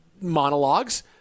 monologues